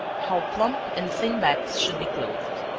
how plump and thin backs should be clothed.